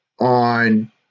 on